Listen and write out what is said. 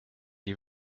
die